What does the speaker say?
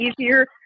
easier